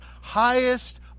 highest